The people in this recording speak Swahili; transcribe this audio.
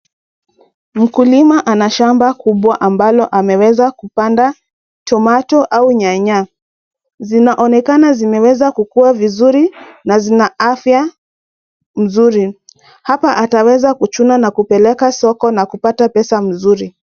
Mkulima ana shamba kubwa ambalo ameweza kupanda tomato au nyanya. Zinaonekana zimeweza kukua vizuri na zina afya mzuri. Hapa ataweza kuchuna na kupeleka soko na kupata pesa mzuri.